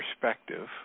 perspective